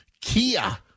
Kia